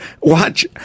watch